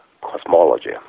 cosmology